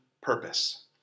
purpose